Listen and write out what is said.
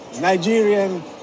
Nigerian